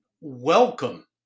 welcome